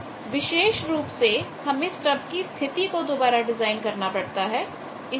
विशेष रूप से हमें स्टब की स्थिति को दोबारा डिजाइन करना पड़ता है